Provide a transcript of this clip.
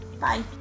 Bye